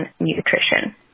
Nutrition